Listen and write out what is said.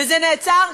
וזה נעצר,